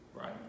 Right